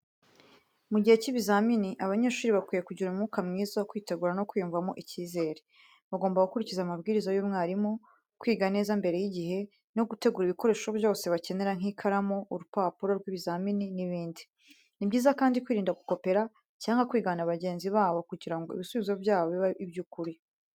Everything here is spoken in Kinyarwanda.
Mu gihe cy’ibizamini, abanyeshuri bakwiye kugira umwuka mwiza wo kwitegura no kwiyumvamo icyizere. Bagomba gukurikiza amabwiriza y’umwarimu, kwiga neza mbere y’igihe, no gutegura ibikoresho byose bakenera nk’ikaramu, urupapuro rw’ibizamini n’ibindi. Ni byiza kandi kwirinda gukopera cyangwa kwigana bagenzi babo kugira ngo ibisubizo byabo bibe iby’ukuri.